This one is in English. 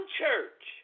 church